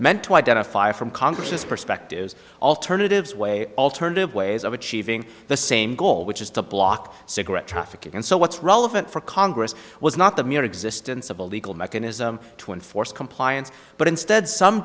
to identify from congress's perspective alternatives way alternative ways of achieving the same goal which is to block cigarette trafficking and so what's relevant for congress was not the mere existence of a legal mechanism to enforce compliance but instead some